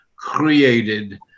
created